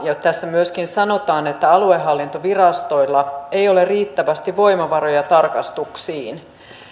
tässä myöskin sanotaan että aluehallintovirastoilla ei ole riittävästi voimavaroja tarkastuksiin